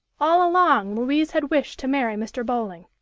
all along, louise had wished to marry mr. bowling.